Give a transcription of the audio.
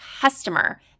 customer